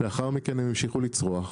לאחר מכן, הם המשיכו לצרוח.